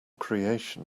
creation